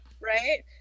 Right